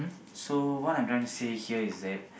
so what I'm trying to say here is that